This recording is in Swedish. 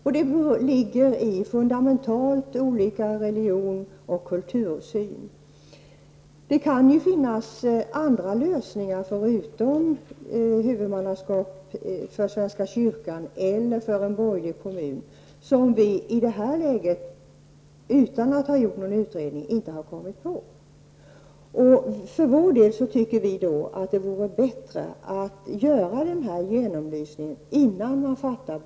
Det har att göra med fundamentalt olika synsätt på religon och kultur. Det kan finns andra lösningar, förutom huvudmannaskap för svenska kyrkan eller för en borgerlig kommun, som vi i detta läge -- utan att ha gjort en utredning -- inte har kommit på. Vi tycker det vore bättre med en genomlysning av frågan innan beslut fattas.